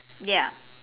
ya